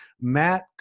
Matt